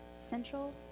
central